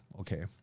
Okay